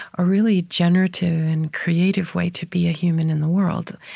a really generative and creative way to be a human in the world.